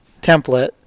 template